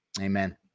Amen